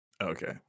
Okay